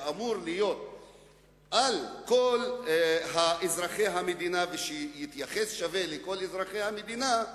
שאמור להיות של כל אזרחי המדינה ולהתייחס שווה לכל אזרחי המדינה,